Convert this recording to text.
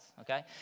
okay